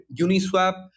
Uniswap